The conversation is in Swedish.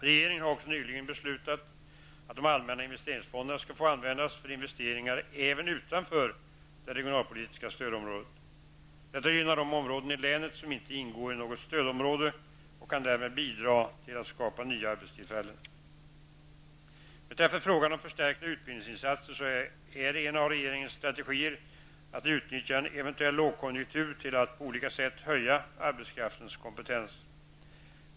Regeringen har också nyligen beslutat att de allmänna investeringsfonderna skall få användas för investeringar även utanför det regionalpolitiska stödområdet. Detta gynnar de områden i ländet som inte ingår i något stödområde och kan därmed bidra till att skapa nya arbetstillfällen. Beträffande frågan om förstärkta utbildningsinsatser är det en av regeringens strategier att utnyttja en eventuell lågkonjuktur till att på olika sätt höja arbetskraftens kompetens.